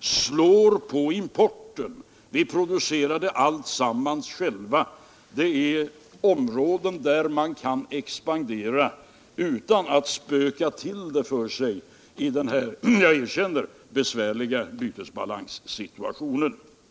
slår på importen, utan vi producerar alltsammans själva. Det är områden där man kan expandera utan att ”spöka till” det för sig i vår — jag erkänner det — besvärliga bytesbalanssituation.